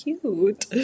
cute